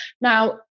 Now